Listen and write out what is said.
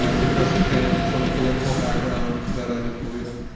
ah because it came from a political background that i didn't believe in.